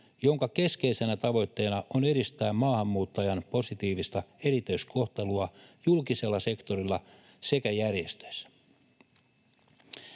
jonka keskeisenä tavoitteena on edistää maahanmuuttajan positiivista erityiskohtelua julkisella sektorilla sekä järjestöissä.